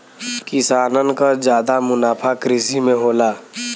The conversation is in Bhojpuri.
किसानन क जादा मुनाफा कृषि में होला